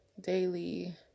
daily